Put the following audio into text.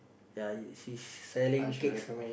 ya she's selling cakes